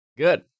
Good